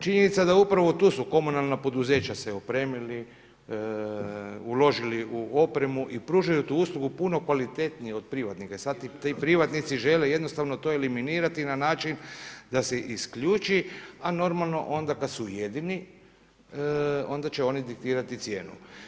Činjenica da upravo tu su komunalna poduzeća se opremili, uložili u opremu i pružaju tu uslugu puno kvalitetnije od privatnika i sada ti privatnici žele jednostavno to eliminirati na način da se isključi, a normalno onda kada su jedini onda će oni diktirati cijenu.